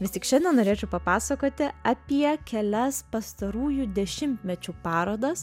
vis tik šiandien norėčiau papasakoti apie kelias pastarųjų dešimtmečių parodas